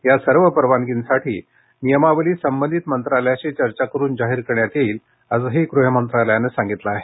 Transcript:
या सर्व परवानगींसाठी नियमावली संबंधित मंत्रालयांशी चर्चा करुन जाहीर करण्यात येईल असंही गृह मंत्रालयानं सांगितलं आहे